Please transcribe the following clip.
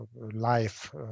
life